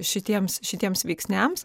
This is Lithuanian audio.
šitiems šitiems veiksniams